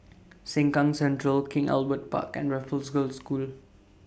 Sengkang Central King Albert Park and Raffles Girls' School